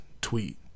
tweet